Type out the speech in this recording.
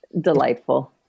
delightful